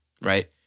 right